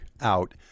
out